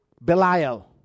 Belial